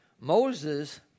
Moses